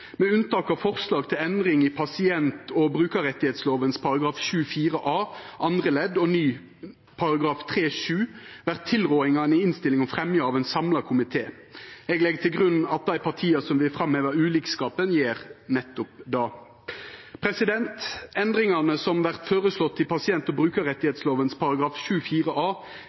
Med unntak av forslag til endring i pasient- og brukarettsloven § 7-4 a, andre ledd, og ny § 3-7, vert tilrådingane i innstillinga fremja av ein samla komité. Eg legg til grunn at dei partia som vil framheva ulikskapen, gjer nettopp det. Endringane som vert føreslåtte i pasient- og brukarrettsloven § 7-4 a, vil gje statsforvaltaren større moglegheit til å